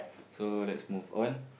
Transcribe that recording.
so let's move on